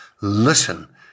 listen